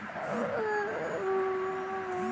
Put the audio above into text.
मोसंबीमंदी ट्रॅक्टरने नांगरणी करावी का?